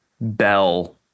Bell